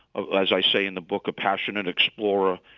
ah as i say in the book, a passionate explorer.